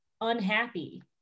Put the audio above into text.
unhappy